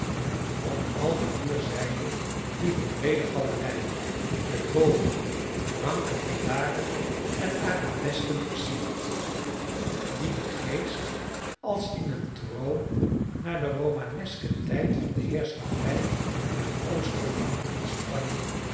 om al de vier zijden liepen breede galerijen met bogen ranke pilaren en arabesken versierd die den geest als in een droom naar den romanesken tijd van de heerschappij der oosterlingen in spanje